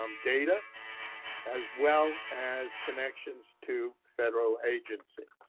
um data as well as connections to federal agencies,